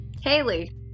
Haley